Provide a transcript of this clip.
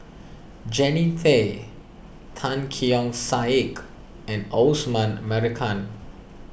Jannie Tay Tan Keong Saik and Osman Merican